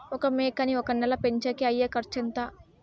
ఒక మేకని ఒక నెల పెంచేకి అయ్యే ఖర్చు ఎంత?